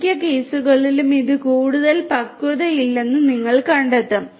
മിക്ക കേസുകളിലും ഇത് കൂടുതൽ പക്വതയില്ലെന്ന് നിങ്ങൾ കണ്ടെത്തും